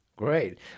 Great